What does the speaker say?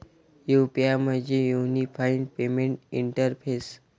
UPI म्हणजे unified payment interface